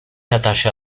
attaché